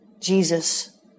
Jesus